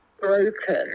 broken